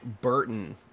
Burton